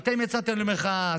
אתם יצאתם למחאה,